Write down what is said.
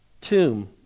tomb